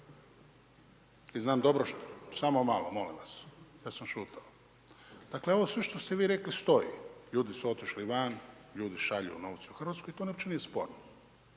i znam dobro što, samo malo, molim vas. Ja sam šutao. Dakle, ovo sve što ste vi rekli stoji, ljudi su otišli van, šalju novce u Hrvatsku i to uopće nije sporno.